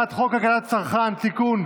הצעת חוק הגנת הצרכן (תיקון,